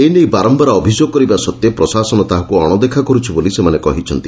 ଏନେଇ ବାରମ୍ୟାର ଅଭିଯୋଗ କରିବା ସତ୍ତ୍ୱେ ପ୍ରଶାସନ ତାହାକୁ ଅଣଦେଖା କରୁଛି ବୋଲି ସେମାନେ କହିଛନ୍ତି